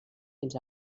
fins